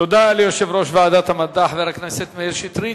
תודה ליושב-ראש ועדת המדע, חבר הכנסת מאיר שטרית.